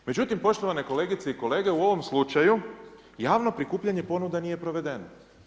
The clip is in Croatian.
Međutim, poštovane kolegice i kolege, u ovom slučaju javno prikupljanje ponuda nije provedeno.